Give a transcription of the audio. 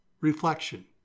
reflection